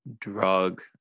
drug